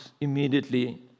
immediately